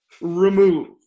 remove